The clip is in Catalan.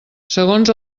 segons